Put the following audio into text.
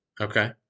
Okay